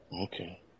Okay